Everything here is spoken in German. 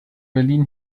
berlin